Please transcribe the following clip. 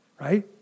right